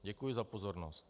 Děkuji za pozornost.